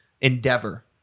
endeavor